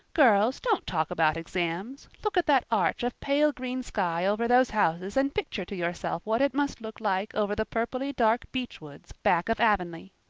girls, don't talk about exams! look at that arch of pale green sky over those houses and picture to yourself what it must look like over the purply-dark beech-woods back of avonlea.